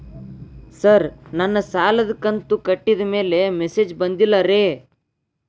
sir ನನ್ನ ಸಾಲದ ಕಂತು ಕಟ್ಟಿದಮೇಲೆ ಮೆಸೇಜ್ ಬಂದಿಲ್ಲ ರೇ